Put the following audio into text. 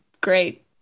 great